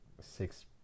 six